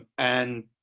and,